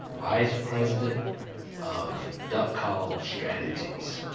vice president of duck call strategies.